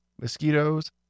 mosquitoes